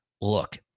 Look